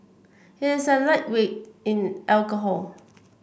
he is a lightweight in alcohol